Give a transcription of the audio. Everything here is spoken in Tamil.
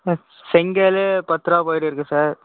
செங்கல் பத்துரூவா போயிட்டு இருக்கு சார்